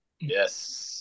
Yes